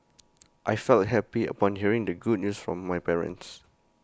I felt happy upon hearing the good news from my parents